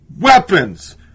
weapons